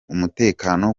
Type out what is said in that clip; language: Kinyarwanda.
umutekano